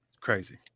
Crazy